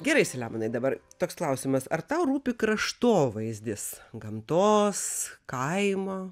gerai selemonai dabar toks klausimas ar tau rūpi kraštovaizdis gamtos kaimo